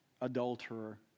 adulterer